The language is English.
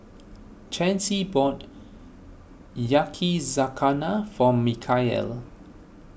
Chancy bought Yakizakana for Mikeal